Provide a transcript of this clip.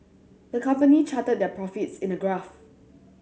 the company charted their profits in a graph